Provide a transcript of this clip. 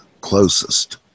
closest